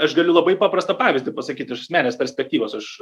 aš galiu labai paprastą pavyzdį pasakyt iš asmeninės perspektyvos aš